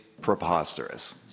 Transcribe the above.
preposterous